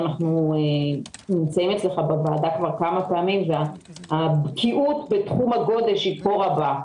אנחנו נמצאים בוועדה כמה פעמים והבקיאות בתחום הגודש היא רבה.